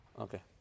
Okay